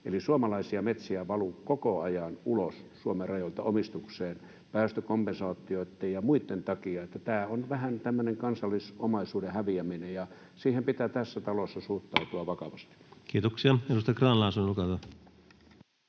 eli suomalaisia metsiä valuu koko ajan ulos Suomen rajoilta päästökompensaatioitten ja muiden takia. Että tämä on vähän tämmöistä kansallisomaisuuden häviämistä, ja siihen pitää tässä talossa suhtautua vakavasti. Kiitoksia. — Edustaja Grahn-Laasonen, olkaa